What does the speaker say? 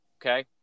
okay